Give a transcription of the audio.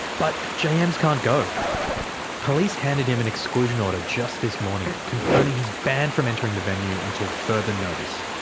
but j emz can't go police handed him an exclusion order just this morning, confirming he's banned from entering the venue until further notice.